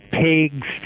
pigs